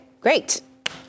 great